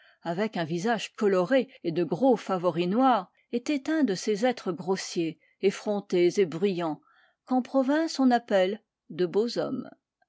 avec un visage coloré et de gros favoris noirs était un de ces êtres grossiers effrontés et broyants qu'en province on appelle de beaux hommes